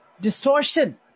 Distortion